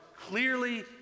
clearly